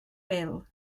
wil